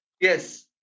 Yes